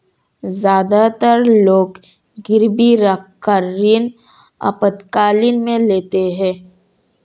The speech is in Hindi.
ज्यादातर लोग गिरवी रखकर ऋण आपातकालीन में लेते है